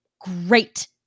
great